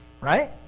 right